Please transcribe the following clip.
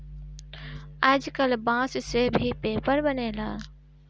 आजकल बांस से भी पेपर बनेला